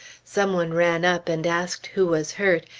some one ran up, and asked who was hurt,